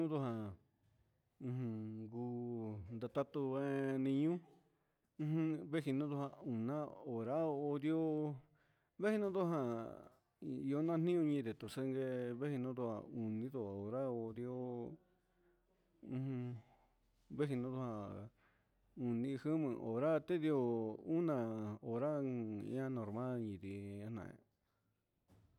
Nudujan ujun ngu ndatatu nguén niño'o ujun venguinijan oná hora, onrió menitojan inona nrio inee tu xangue menitojan nindo hora tundi'ó ujun venni tujan oni jan horate ndi'ó una hora un dia normal idii anaí.